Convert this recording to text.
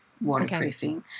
waterproofing